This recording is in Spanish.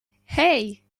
hey